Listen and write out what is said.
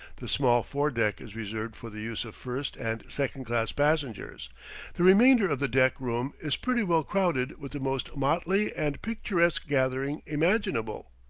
the small foredeck is reserved for the use of first and second-class passengers the remainder of the deck-room is pretty well crowded with the most motley and picturesque gathering imaginable.